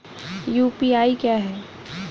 UPI क्या है?